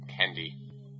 candy